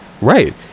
Right